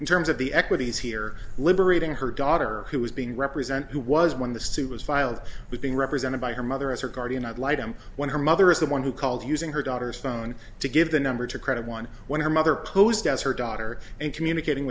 in terms of the equities here liberating her daughter who is being represent who was when the suit was filed being represented by her mother as her guardian ad litum when her mother is the one who called using her daughter's phone to give the number to credit one when her mother posed as her daughter and communicating